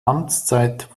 amtszeit